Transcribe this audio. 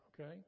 okay